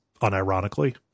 unironically